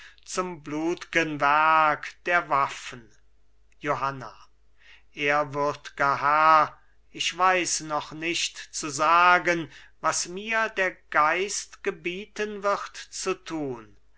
zum blutgen werk der waffen johanna ehrwürdger herr ich weiß noch nicht zu sagen was mir der geist gebieten wird zu tun